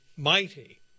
Mighty